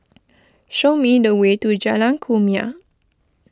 show me the way to Jalan Kumia